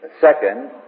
second